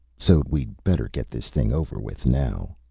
so we'd better get this thing over with now.